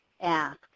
ask